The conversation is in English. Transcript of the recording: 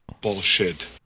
Bullshit